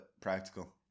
practical